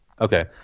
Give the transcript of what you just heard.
Okay